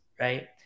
Right